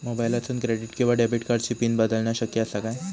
मोबाईलातसून क्रेडिट किवा डेबिट कार्डची पिन बदलना शक्य आसा काय?